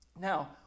Now